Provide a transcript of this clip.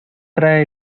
trae